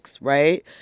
Right